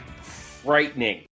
frightening